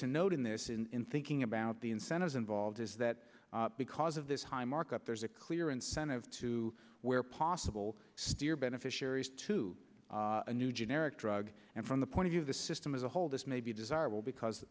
to note in this in thinking about the incentives involved is that because of this high markup there's a clear incentive to where possible steer beneficiaries to a new generic drug and from the point of the system as a whole this may be desirable because